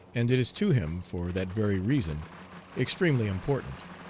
and it is to him for that very reason extremely important.